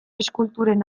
eskulturen